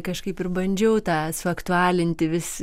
kažkaip ir bandžiau tą suaktualinti vis